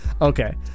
Okay